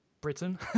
Britain